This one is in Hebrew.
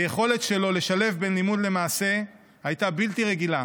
היכולת שלו לשלב בין לימוד למעשה הייתה בלתי רגילה.